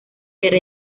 era